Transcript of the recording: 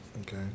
Okay